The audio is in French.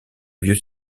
vieux